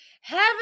Heaven